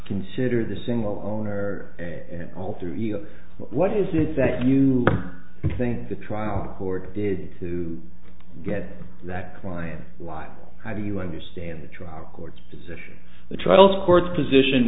consider the single owner and all through you what is it that you think the trial court did to get that client why how do you understand the trial court's decision the trial court's position